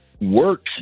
work